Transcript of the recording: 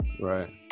Right